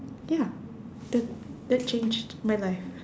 ya that that changed my life